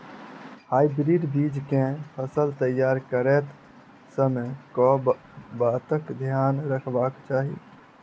Hybrid बीज केँ फसल तैयार करैत समय कऽ बातक ध्यान रखबाक चाहि?